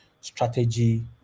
strategy